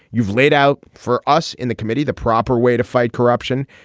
you've laid out for us in the committee the proper way to fight corruption.